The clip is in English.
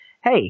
hey